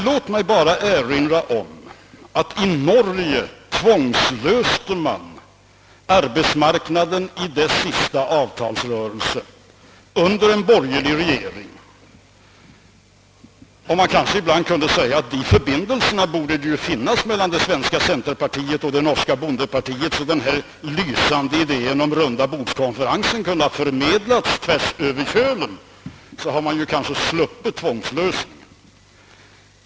Låt mig bara erinra om att man i Norge under en borgerlig regering tvingades tillgripa en tvångslösning mellan arbetsmarknadens parter under den senaste avtalsrörelsen. Sådana förbindelser borde ju finnas mellan det svenska centerpartiet och det norska bondepartiet, att den lysande idén med en rundabordskonferens kunde ha förmedlats tvärs över Kölen, så att man i Norge sluppit denna tvångslösning.